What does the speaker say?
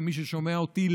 ומי ששומע אותי,